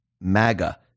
MAGA